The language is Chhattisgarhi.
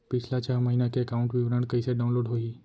पिछला छः महीना के एकाउंट विवरण कइसे डाऊनलोड होही?